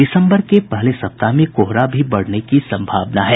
दिसम्बर के पहले सप्ताह में कोहरा भी बढ़ने की सम्भावना है